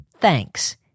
Thanks